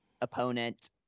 opponent